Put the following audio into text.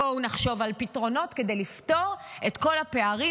בואו נחשוב על פתרונות כדי לפתור את כל הפערים,